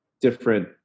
different